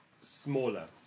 smaller